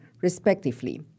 respectively